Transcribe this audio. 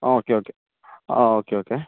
ആ okay okay ആ okay okay